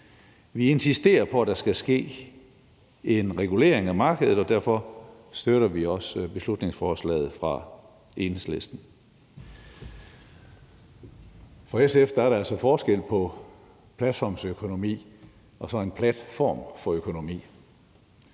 Vi insisterer på, at der skal ske en regulering af markedet, og derfor støtter vi også beslutningsforslaget fra Enhedslisten. For SF er der altså forskel på platformsøkonomi og så en plat form for økonomi.